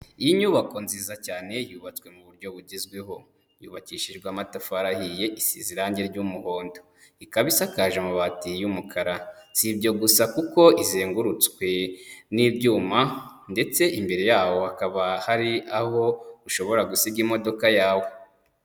Inyubako nziza cyane yubatswe mu buryo bugezweho, yubakishijwe amatafari ahiye, isize irangi ry'umuhondo, ikaba isakaje amabati y'umukara, si ibyo gusa kuko izengurutswe n'ibyuma ndetse imbere yaho hakaba hari aho ushobora gusiga imodoka yawe.